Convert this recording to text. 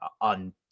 on